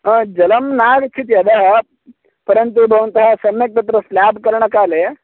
जलं न आगच्छति अधः परन्तु भवन्तः सम्यक् तत्र स्लाब् करणकाले